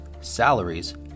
salaries